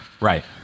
Right